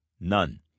none